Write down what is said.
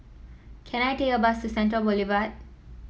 can I take a bus to Central Boulevard